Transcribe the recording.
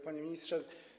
Panie Ministrze!